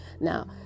Now